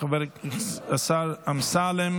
חבר הכנסת עופר כסיף,